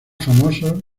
famosos